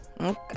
Okay